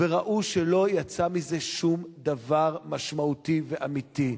וראו שלא יצא מזה שום דבר משמעותי ואמיתי.